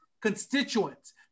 constituents